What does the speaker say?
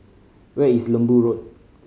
where is Lembu Road